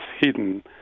hidden